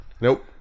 Nope